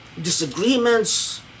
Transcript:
disagreements